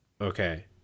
Okay